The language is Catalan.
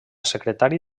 secretari